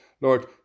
Lord